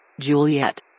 Juliet